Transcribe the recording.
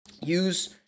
Use